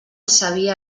sabia